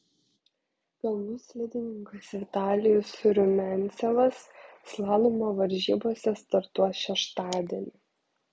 kalnų slidininkas vitalijus rumiancevas slalomo varžybose startuos šeštadienį